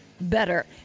better